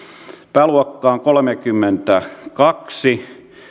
pääluokkaan kolmekymmentä